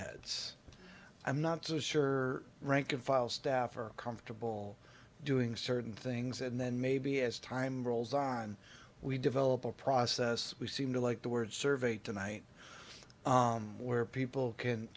heads i'm not so sure rank and file staff are comfortable doing certain things and then maybe as time rolls on we develop a process we seem to like the word survey tonight where people can